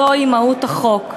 זוהי מהות החוק.